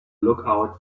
lookout